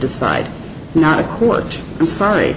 decide not a court i'm sorry